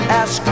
ask